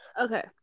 Okay